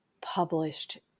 published